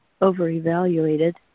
over-evaluated